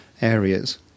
areas